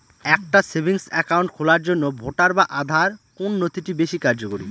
একটা savings account খোলার জন্য ভোটার বা আধার কোন নথিটি বেশী কার্যকরী?